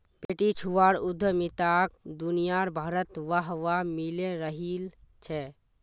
बेटीछुआर उद्यमिताक दुनियाभरत वाह वाह मिले रहिल छे